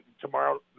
tomorrow